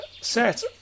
set